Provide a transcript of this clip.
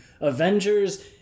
Avengers